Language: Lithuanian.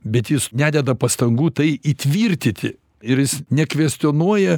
bet jis nededa pastangų tai įtvirtyti ir jis nekvestionuoja